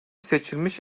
seçilmiş